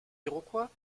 iroquois